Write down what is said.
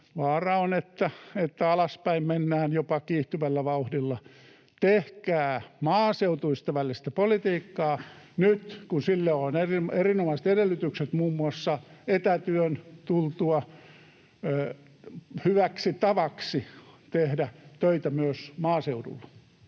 Vaara on, että alaspäin mennään jopa kiihtyvällä vauhdilla. Tehkää maaseutuystävällistä politiikkaa nyt, kun sille on erinomaiset edellytykset muun muassa etätyön tultua hyväksi tavaksi tehdä töitä myös maaseudulla.